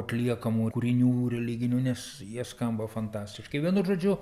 atliekamų kūrinių religinių nes jie skamba fantastiškai vienu žodžiu